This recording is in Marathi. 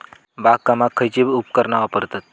बागकामाक खयची उपकरणा वापरतत?